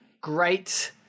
great